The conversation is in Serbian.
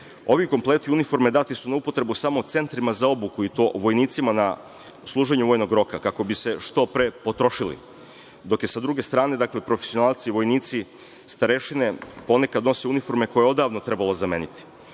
Ovi kompleti uniforme dati su na upotrebu samo centrima za obuku i to vojnicima na služenju vojnog roka, kako bi se što pre potrošili, dok sa druge strane, dakle, profesionalci, vojnici, starešine ponekad nose uniforme koje je odavno trebalo zameniti.